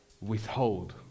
withhold